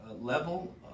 level